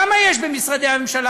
כמה חרדים יש במשרדי ממשלה?